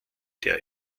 der